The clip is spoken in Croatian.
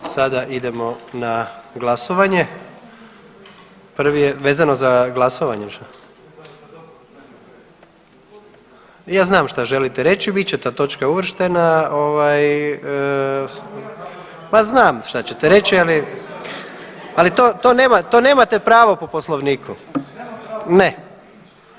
Sada idemo na glasovanje, prvi je, vezano za glasovanje, ja znam što želite reći bit će ta točka uvrštena ovaj, pa znam šta ćete reći, ali, ali to, to nemate pravo po Poslovniku. … [[Upadica: Ne razumije se.]] Ne.